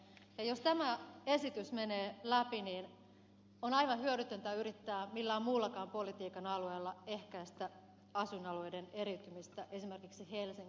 jos tämä esitys menee läpi niin on aivan hyödytöntä yrittää millään muullakaan politiikan alueella ehkäistä asuinalueiden eriytymistä esimerkiksi helsingissä